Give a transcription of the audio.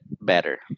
better